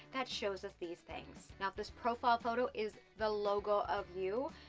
that shows us these things. now this profile photo is the logo of you,